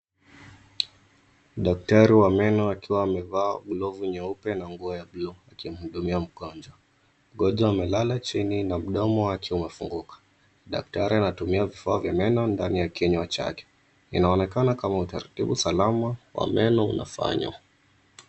Daktari wa meno akiwa amevaa glovu nyeupe na nguo ya buluu akimhudumia mgonjwa. Mgonjwa amelala chini na mdomo wake umefunguka. Daktari anatumia vifaa vya meno ndani ya kinywa chake. Inaonekana kama utaratibu salama wa meno unafanywa.